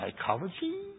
psychology